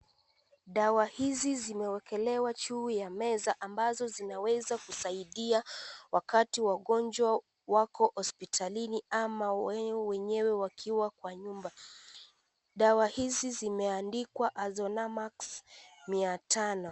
Dawa hizi zimewekelewa juu ya meza ambazo zinaweza kusaidia wakati wagonjwa wako hospitalini ama wao wenyewe wakiwa kwa nyumba dawa hizi zimeandikwa Azona max 500.